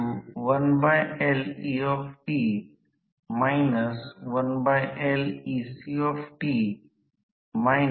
आता अर्थात n 0 साठी ते माझे रोटर s 1 आहे जे स्थिर रोटर साठी आहे आणि s 0 N साठी समान आहे